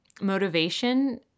motivation